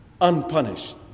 unpunished